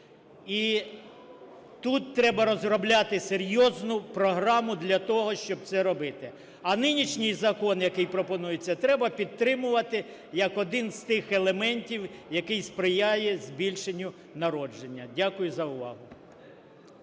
І тут треба розробляти серйозну програму для того, щоб це робити. А нинішній закон, який пропонується, треба підтримувати як один з тих елементів, який сприяє збільшенню народження. Дякую за увагу.